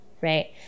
Right